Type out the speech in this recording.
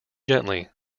gently